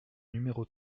numéro